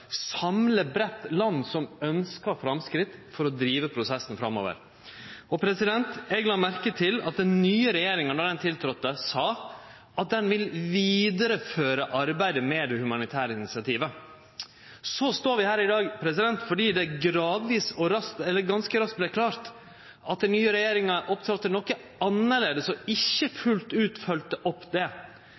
samle breitt land som ønskjer framsteg for å drive prosessen framover. Eg la merke til at den nye regjeringa då ho tiltredde sa at ho ville vidareføre arbeidet med det humanitære initiativet. Så står vi her i dag, fordi det gradvis og ganske raskt vart klart at den nye regjeringa opptredde noko annleis og ikkje fullt ut følgde opp